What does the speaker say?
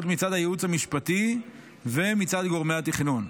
מצד הייעוץ המשפטי ומצד גורמי התכנון.